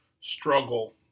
struggle